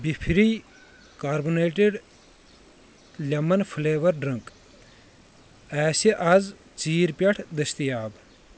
بِفری carbonated lemon flavour drink آسہِ آز ژیٖرۍ پیٚٹھ دٔستِیاب